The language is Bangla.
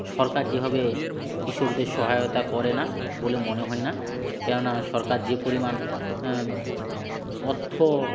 সরকার যেভাবে কৃষকদের সহায়তা করে না বলে মনে হয় না কেননা সরকার যে পরিমাণ অর্থ